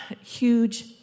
huge